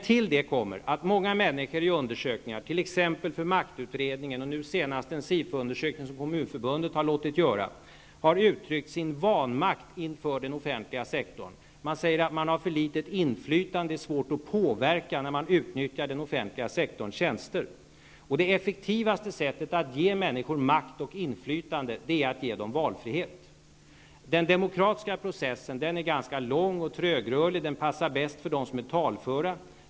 Till detta kommer att många människor i undersökningar, t.ex. för maktutredningen och nu senast i den SIFO-undersökning som Kommunförbundet har låtit göra, har uttryckt sin vanmakt inför den offentliga sektorn. Man säger att man har för litet inflytande, att det är svårt att påverka i samband med att man utnyttjar den offentliga sektorns tjänster. Det effektivaste sättet att ge människor makt och inflytande är att ge dem valfrihet. Den demokratiska processen är ganska lång och trögrörlig, den passar bäst för dem som är talföra.